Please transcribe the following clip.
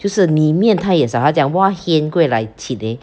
就是里面他也是他讲 !wah!